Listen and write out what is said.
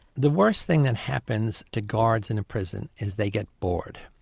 the worse thing that happens to guards in a prison is they get bored.